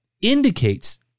indicates